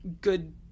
good